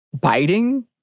biting